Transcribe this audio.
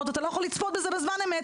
- אתה לא יכול לצפות בזה בזמן אמת,